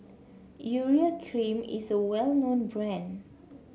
Urea Cream is a well known brand